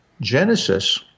Genesis